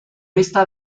esta